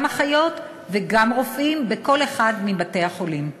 אחיות וגם רופאים בכל אחד מבתי-החולים.